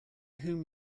whom